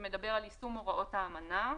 שמדבר על יישום הוראות האמנה.